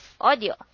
audio